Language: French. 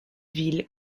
ville